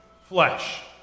flesh